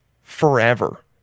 forever